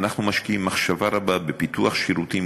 אנחנו משקיעים מחשבה רבה בפיתוח שירותים